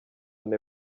ane